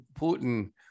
Putin